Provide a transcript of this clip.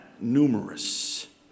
numerous